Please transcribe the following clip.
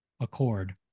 accord